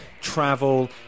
travel